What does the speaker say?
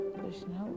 Krishna